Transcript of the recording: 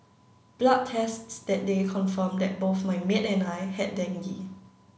blood tests that day confirmed that both my maid and I had dengue